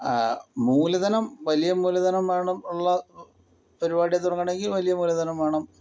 മൂലധനം വലിയ മൂലധനം വേണം ഉള്ള പരിപാടി തുടങ്ങണമെങ്കിൽ വലിയ മൂലധനം വേണം